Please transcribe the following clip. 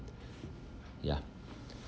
ya